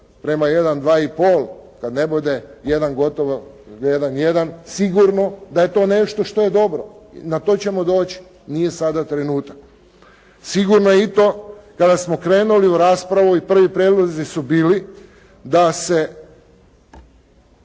prema 1, 2,5, kad ne bude 1 gotovo 1,1 sigurno da je to nešto što je dobro. Na to ćemo doći, nije sada trenutak. Sigurno je i to kada smo krenuli u raspravu i prvo prijedlozi su bili da se